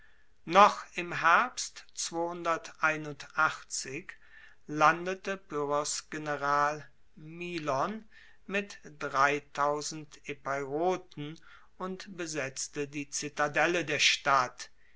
noch im herbst landete pyrrhos general milon mit epeiroten und besetzte die zitadelle der stadt